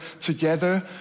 together